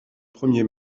premiers